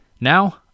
Now